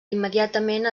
immediatament